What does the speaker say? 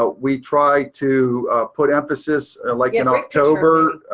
ah we try to put emphasis like in october.